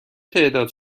تعداد